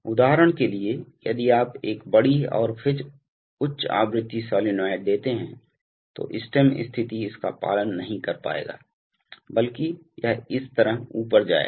उदाहरण के लिए यदि आप एक बड़ी और फिर उच्च आवृत्ति साइनसॉइड देते हैं तो स्टेम स्थिति इसका पालन नहीं कर पायेगा बल्कि यह इस तरह ऊपर जायेगा